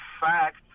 fact